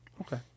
Okay